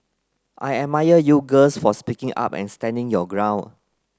I admire you girls for speaking up and standing your ground